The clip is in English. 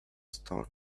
stones